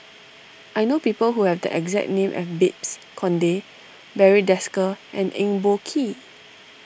I know people who have the exact name as Babes Conde Barry Desker and Eng Boh Kee